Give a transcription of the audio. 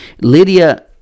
Lydia